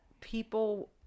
people